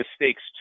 mistakes